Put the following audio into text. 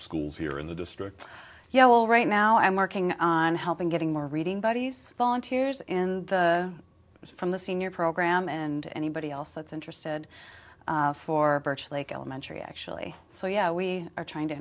here in the district yeah well right now i'm working on helping getting more reading buddies volunteers and from the senior program and anybody else that's interested for birch lake elementary actually so yeah we are trying to